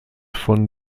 von